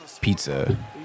pizza